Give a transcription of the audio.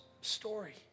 story